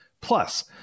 Plus